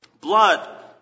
blood